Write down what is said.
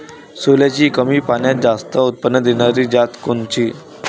सोल्याची कमी पान्यात जास्त उत्पन्न देनारी जात कोनची?